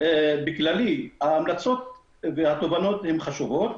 ההמלצות והתובנות הן חשובות,